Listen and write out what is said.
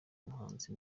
umuhanzi